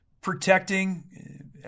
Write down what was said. protecting